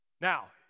Now